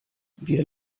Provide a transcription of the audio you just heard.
wir